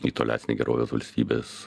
į tolesnį gerovės valstybės